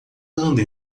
anda